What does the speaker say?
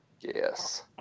Yes